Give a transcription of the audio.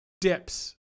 dips